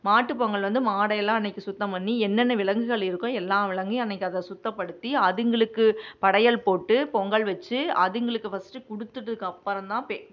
மாட்டு பொங்கல் வந்து மாடயெல்லாம் அன்றைக்கி சுத்தம் பண்ணி என்னென்ன விலங்குகள் இருக்கோ எல்லாம் விலங்கையும் அன்றைக்கி அதை சுத்தப்படுத்தி அதுங்களுக்கு படையல் போட்டு பொங்கல் வெச்சு அதுங்களுக்கு ஃபஸ்ட்டு கொடுத்துட்டதுக்கு அப்புறம்தான் பெ